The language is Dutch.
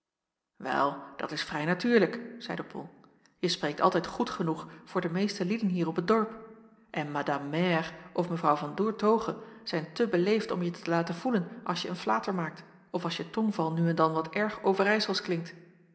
wel dat is vrij natuurlijk zeide bol je spreekt altijd goed genoeg voor de meeste lieden hier op t dorp en madame mère of mevrouw van doertoghe zijn te beleefd om t je te laten voelen als je een flater maakt of als je tongval nu en dan wat erg overijselsch klinkt